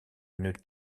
une